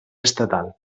estatal